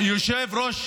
מאז יושב-ראש,